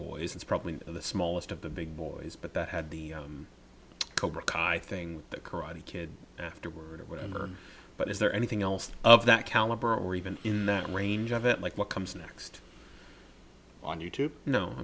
boys it's probably the smallest of the big boys but they had the cobra cause i thing the karate kid afterword or whatever but is there anything else of that caliber or even in that range of it like what comes next on you